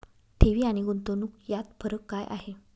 ठेवी आणि गुंतवणूक यात फरक काय आहे?